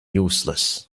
useless